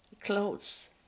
clothes